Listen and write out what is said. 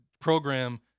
program